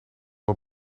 het